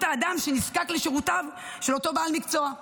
האדם שנזקק לשירותיו של אותו בעל מקצוע.